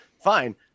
fine